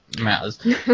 matters